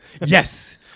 Yes